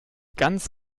ganz